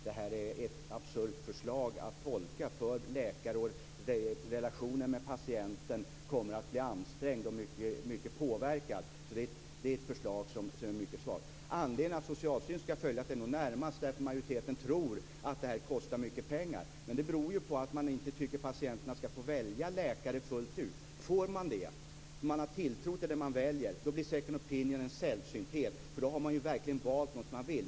Det är absurt att tolka detta för läkare. Relationen med patienten kommer att bli ansträngd och mycket påverkad. Det är ett mycket svagt förslag. Anledningen till att Socialstyrelsen skall följa frågan är nog närmast att majoriteten tror att det här kostar mycket pengar. Det beror på att man inte tycker att patienterna skall få välja läkare fullt ut. Om de får göra det, om de får tilltro till den som de väljer, blir second opinion en sällsynthet, därför att då har de verkligen valt någon som de vill ha.